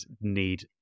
need